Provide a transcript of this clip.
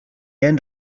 end